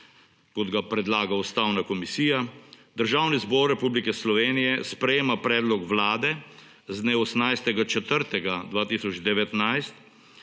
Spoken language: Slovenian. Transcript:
kot ga predlaga Ustavna komisija: Državni zbor Republike Slovenije sprejema predlog Vlade z dne 18. 4. 2019